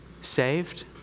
saved